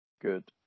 Good